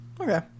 Okay